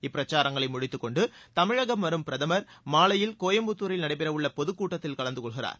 இப்பிரச்சாரங்களை முடித்துக்கொண்டு தமிழகம் வரும் பிரதமர் மாலையில் கோயம்புத்தூரில் நடைபெறவுள்ள பொதுக் கூட்டத்தில் கலந்து கொள்கிறார்